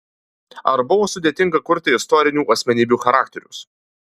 ar buvo sudėtinga kurti istorinių asmenybių charakterius